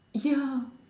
ya